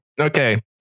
Okay